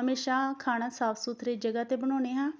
ਹਮੇਸ਼ਾ ਖਾਣਾ ਸਾਫ਼ ਸੁਥਰੀ ਜਗ੍ਹਾ 'ਤੇ ਬਣਾਉਂਦੇ ਹਾਂ